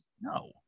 No